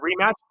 rematch